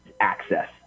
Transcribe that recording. access